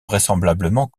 vraisemblablement